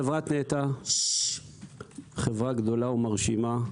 חברת נת"ע היא חברה גדולה ומרשימה.